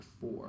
four